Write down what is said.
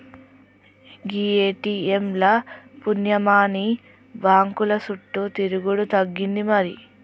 గీ ATM ల పుణ్యమాని బాంకుల సుట్టు తిరుగుడు తగ్గింది మరి